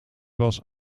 was